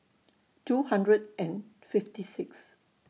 two hundred and fifty six